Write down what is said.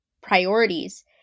priorities